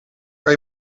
kan